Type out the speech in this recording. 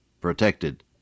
protected